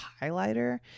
highlighter